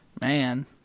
Man